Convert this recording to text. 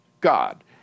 God